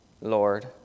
Lord